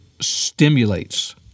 stimulates